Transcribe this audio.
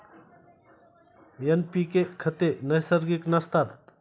NPK खते नैसर्गिक नसतात